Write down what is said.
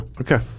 Okay